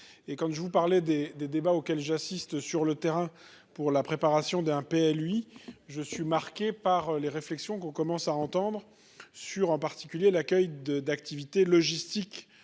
et comme je vous parlais des des débats auxquels j'assiste sur le terrain pour la préparation d'un pays lui je suis marqué par les réflexions qu'on commence à entendre sur, en particulier l'accueil de d'activité logistique